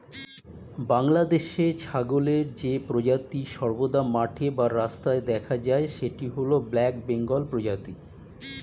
বাংলাদেশে ছাগলের যে প্রজাতি সর্বদা মাঠে বা রাস্তায় দেখা যায় সেটি হল ব্ল্যাক বেঙ্গল প্রজাতি